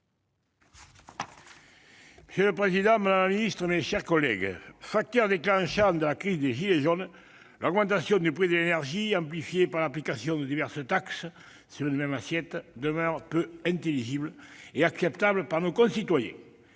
Monsieur le président, madame la secrétaire d'État, mes chers collègues, facteur déclenchant de la crise des « gilets jaunes », l'augmentation du prix de l'énergie amplifiée par l'application de diverses taxes sur une même assiette demeure peu intelligible et peu acceptable pour nos concitoyens.